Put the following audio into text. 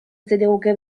zeniguke